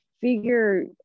figure